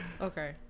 okay